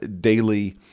daily